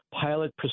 Pilot